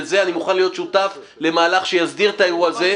לזה אני מוכן להיות שותף למהלך שיסדיר את האירוע הזה.